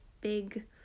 big